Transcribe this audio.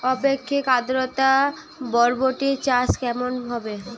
আপেক্ষিক আদ্রতা বরবটি চাষ কেমন হবে?